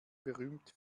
berühmt